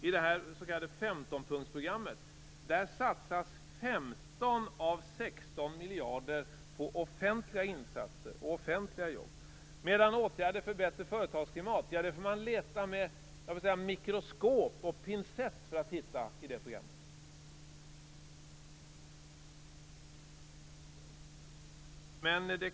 I det s.k. fempunktsprogrammet satsas 15 av 16 miljarder på offentliga insatser och offentliga jobb, medan åtgärder för ett bättre företagsklimat får man leta med mikroskop och pincett för att hitta i programmet.